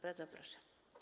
Bardzo proszę.